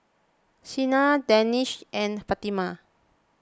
Senin Danish and Fatimah